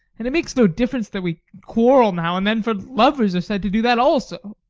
and it makes no difference that we quarrel now and then, for lovers are said to do that also.